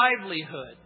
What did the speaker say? livelihood